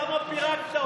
למה פירקת אותה?